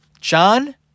John